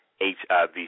HIV